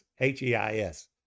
H-E-I-S